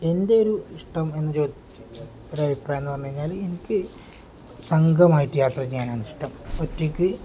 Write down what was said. എൻ്റെ ഒരു ഇഷ്ടം എന്ന് ഒരു അഭിപ്രായം എന്ന് പറഞ്ഞുകഴിഞ്ഞാൽ എനിക്ക് സംഘമായിട്ട് യാത്ര ചെയ്യാനാണ് ഇഷ്ടം ഒറ്റക്ക്